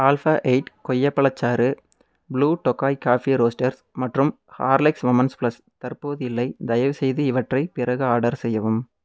alpha eight கொய்யா பழச்சாறு blue Tokai coffee roasters மற்றும் ஹார்லிக்ஸ் விமனஸ் பிளஸ் தற்போது இல்லை தயவுசெய்து இவற்றை பிறகு ஆர்டர் செய்யவும்